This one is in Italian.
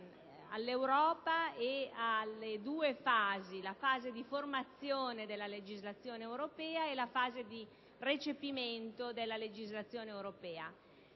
all'Europa e alle due fasi: la fase di formazione della legislazione europea e la fase di recepimento della legislazione europea.